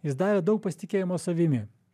jis davė daug pasitikėjimo savimi